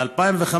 ב-2015,